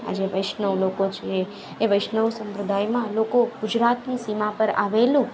આજે વૈષ્ણવ લોકો છે એ વૈષ્ણવ સંપ્રદાયમાં લોકો ગુજરાતની સીમા પર આવેલું